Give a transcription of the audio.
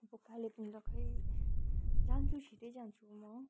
कालिम्पोङ त खोइ जान्छु छिट्टै जान्छु म